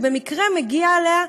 שיפוט בעבירות ועזרה משפטית),